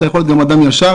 אתה יכול להיות גם אדם ישר.